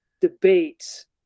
debates